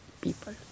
people